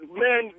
man